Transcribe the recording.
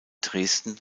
dresden